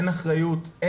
אין אחריות,